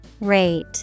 Rate